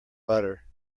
butter